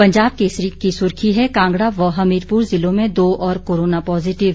पंजाब केसरी की सुर्खी है कांगड़ा व हमीरपुर ज़िलों में दो और कोरोना पॉजिटिव